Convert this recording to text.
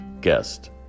guest